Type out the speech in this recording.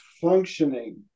functioning